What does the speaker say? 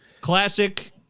classic